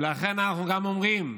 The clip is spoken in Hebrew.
ולכן אנחנו גם אומרים: